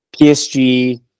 PSG